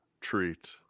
treat